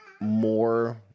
more